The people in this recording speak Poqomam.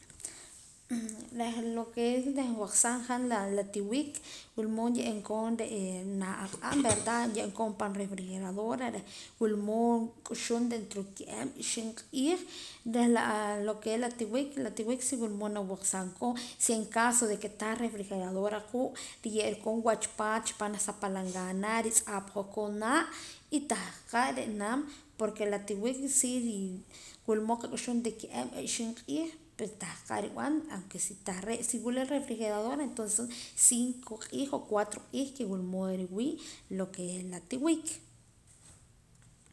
Reh lo que es reh waqsam han la la tiwik wila mood ye'eem koon janaj aq'ab' verda ye'eem koon pan refrigeradora reh wula mood k'uxuum dentro de ka'ab' oxib' q'iij reh lo que es la tiwik la tiwik sí wula mood na waqsam koon si en caso de que tah refrigeradora ku' ruye' ra koon wach paat pan junaj sa palangana ritz'ahpa koon naa' y tah qa' nrinaam porque la tiwik si wula mood qak'uxuum de ka'ab' oxib' q'iij pues tah qa' rib'an si tah re' si wila refrigeradora entonces cinco q'iij o cuatro q'iij que wula mood riwii' lo que es la tiwik.